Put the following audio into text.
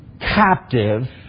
captive